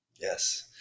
Yes